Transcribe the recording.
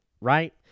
right